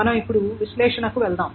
మనం ఇప్పుడు విశ్లేషణకు వెళ్దాం